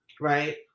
right